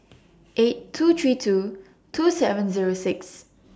eight two three two two seven Zero six